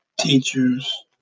teachers